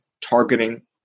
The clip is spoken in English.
targeting